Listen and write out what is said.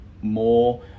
more